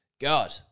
god